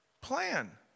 plan